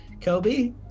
Kobe